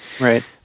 Right